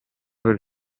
per